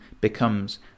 becomes